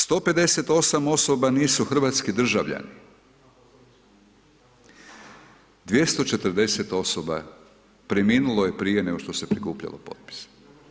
158 osoba nisu hrvatski državljani, 240 osoba preminulo je prije nego što se prikupljalo potpisa.